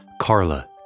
Carla